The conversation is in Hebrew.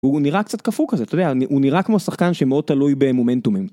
הוא נראה קצת קפוא, הוא נראה כמו שחקן שמאוד תלוי במומנטומים.